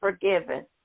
forgiven